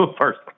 first